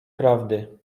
prawdy